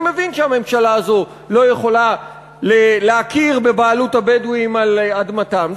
אני מבין שהממשלה הזאת לא יכולה להכיר בבעלות הבדואים על אדמתם,